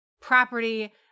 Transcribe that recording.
property